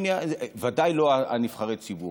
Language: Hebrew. ודאי לא על נבחרי ציבור.